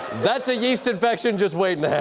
that's a yeast infection just waiting yeah